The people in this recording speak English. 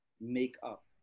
makeup